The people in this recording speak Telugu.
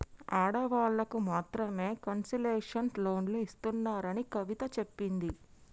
ఆడవాళ్ళకు మాత్రమే కన్సెషనల్ లోన్లు ఇస్తున్నారని కవిత చెప్పింది